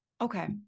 Okay